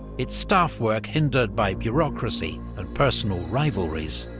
its staff work hindered by bureaucracy and personal rivalries,